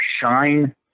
shine